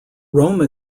rome